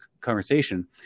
conversation